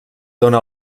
dóna